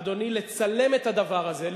אדוני, לצלם את הדבר הזה.